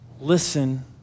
listen